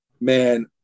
Man